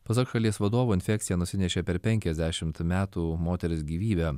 pasak šalies vadovo infekcija nusinešė per penkiasdešimt metų moters gyvybę